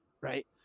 Right